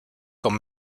con